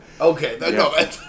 Okay